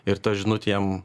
ir ta žinutė jiem